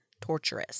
torturous